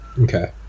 Okay